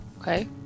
Okay